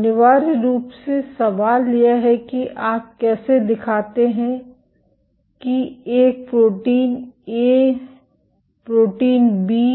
अनिवार्य रूप से सवाल यह है कि आप कैसे दिखाते हैं कि एक प्रोटीन ए प्रोटीन बी